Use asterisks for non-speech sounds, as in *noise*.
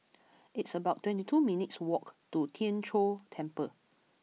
*noise* it's about twenty two minutes' walk to Tien Chor Temple